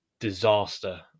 disaster